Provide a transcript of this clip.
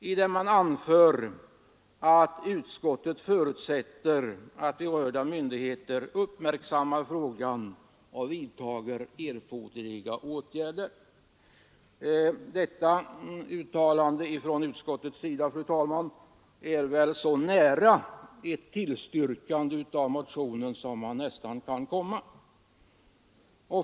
Utskottet förutsätter nämligen att berörda myndigheter uppmärksammar frågan och vidtar erforderliga åtgärder. Detta uttalande från utskottet, fru talman, ligger väl så nära ett tillstyrkande av motionen som man någonsin kan komma.